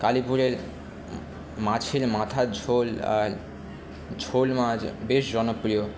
কালীপুরের মাছের মাথার ঝোল আর ঝোল মাছ বেশ জনপ্রিয়